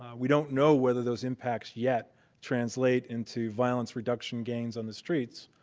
we don't know whether those impacts yet translate into violence reduction gains on the streets.